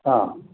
हां